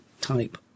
type